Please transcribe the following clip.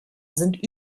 sind